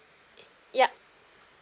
yup